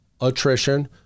attrition